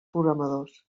programadors